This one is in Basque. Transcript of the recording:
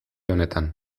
honetan